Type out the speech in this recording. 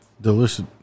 Delicious